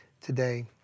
today